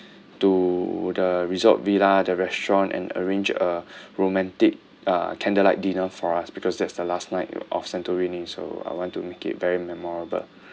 to the resort villa the restaurant and arrange a romantic uh candlelight dinner for us because that's the last night of santorini so I want to make it very memorable